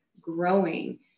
growing